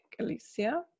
Alicia